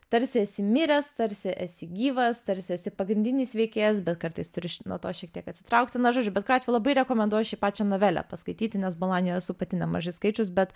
tarsi esi miręs tarsi esi gyvas tarsi esi pagrindinis veikėjas bet kartais turi nuo to šiek tiek atsitraukti na žodžiu bet kuriuo atveju labai rekomenduoju šiaip pačią novelę paskaityti nes bolonijoj esu pati nemažai skaičius bet